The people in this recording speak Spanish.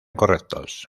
correctos